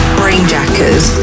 brainjackers